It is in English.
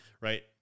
right